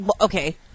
okay